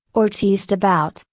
or teased about,